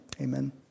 amen